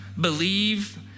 Believe